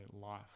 life